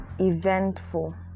eventful